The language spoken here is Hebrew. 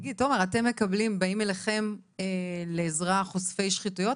תומר, באים אליכם לעזרה חושפי שחיתויות.